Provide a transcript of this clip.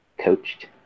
coached